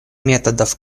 методов